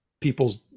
people's